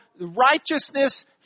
righteousness